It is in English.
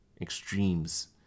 extremes